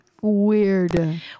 Weird